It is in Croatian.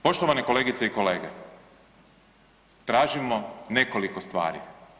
Poštovane kolegice i kolege, tražimo nekoliko stvari.